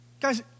Guys